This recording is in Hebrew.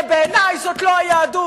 ובעיני זאת לא היהדות.